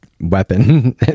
weapon